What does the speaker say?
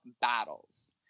Battles